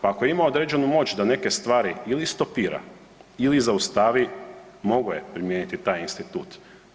Pa ako ima određenu moć da neke stvari ili stopira ili zaustavi mogao je primijeniti taj institut.